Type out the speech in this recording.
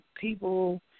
people